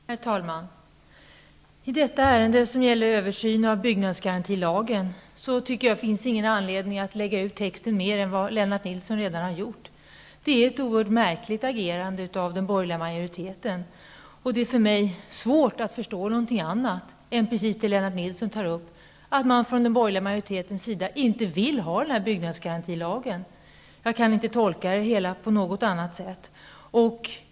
Herr talman! I detta ärende som gäller översyn av byggnadsgarantilagen finns det ingen anledning att lägga ut texten mer än vad Lennart Nilsson redan har gjort. Det är ett oerhört märkligt agerande av den borgerliga majoriteten. Det är svårt för mig att förstå att det är på något annat sätt än precis som Lennart Nilsson säger, nämligen att den borgerliga majoriteten inte vill ha den här byggnadsgarantilagen. Jag kan inte tolka det hela på något annat sätt.